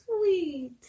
sweet